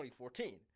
2014